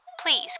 Please